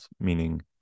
meaning